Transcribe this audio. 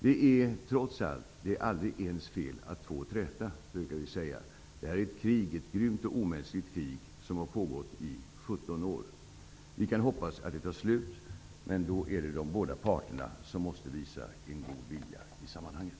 Det är trots allt aldrig ens fel att två träter, brukar man säga. Det är ett grymt och omänskligt krig, som har pågått i 17 år. Vi kan hoppas att det tar slut, men då måste båda parter visa en god vilja i sammanhanget.